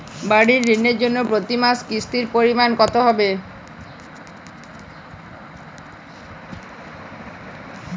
বাড়ীর ঋণের জন্য প্রতি মাসের কিস্তির পরিমাণ কত হবে?